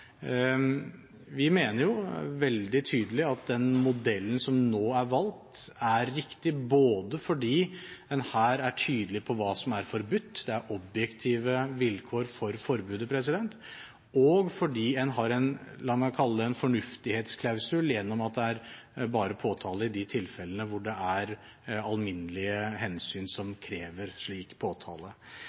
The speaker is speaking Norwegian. Vi mener veldig tydelig at den modellen som nå er valgt, er riktig, både fordi en her er tydelig på hva som er forbudt – det er objektive vilkår for forbudet – og fordi en har en la meg kalle det en fornuftighetsklausul gjennom at det er påtale bare i de tilfellene hvor det er alminnelige hensyn som krever slik påtale.